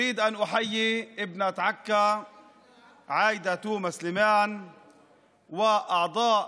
אני רוצה לברך את בת העיר עכו עאידה תומא סלימאן ואת חברי ועדת